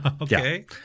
Okay